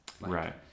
right